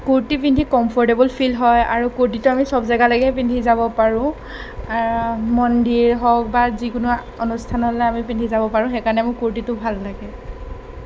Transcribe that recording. কুৰ্তি পিন্ধি comfortable feel হয় আৰু কুৰ্তিটো আমি সৱ জেগালৈকে পিন্ধি যাব পাৰোঁ মন্দিৰ হওক বা যিকোনো অনুষ্ঠানলৈ আমি পিন্ধি যাব পাৰোঁ সেইকাৰণে মোৰ কুৰ্তিটো ভাল লাগে